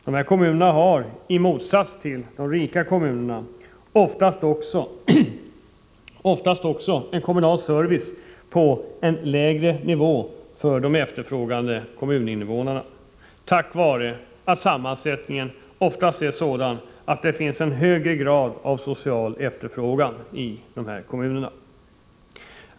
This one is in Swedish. Dessa kommuner har, i motsats till de rika kommunerna, oftast också en kommunal service på lägre nivå för de efterfrågande kommuninnevånarna på grund av att sammansättningen oftast blir sådan att det finns en högre grad av social efterfrågan i dessa kommuner.